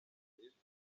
dir